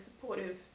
supportive